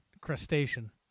crustacean